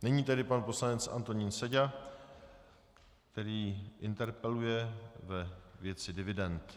Nyní tedy pan poslanec Antonín Seďa, který interpeluje ve věci dividend.